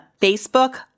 Facebook